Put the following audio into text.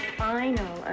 final